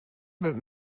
but